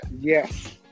Yes